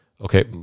okay